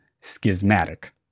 schismatic